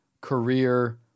career